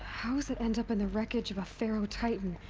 how does it end up in the wreckage of a faro titan.